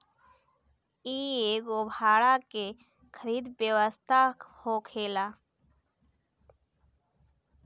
इ एगो भाड़ा के खरीद व्यवस्था होखेला